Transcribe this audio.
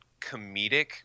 comedic